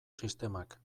sistemak